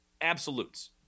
absolutes